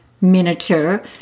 miniature